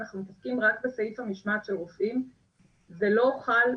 אנחנו מתעסקים רק בסעיף המשמעת של רופאים וזה לא חל,